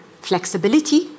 flexibility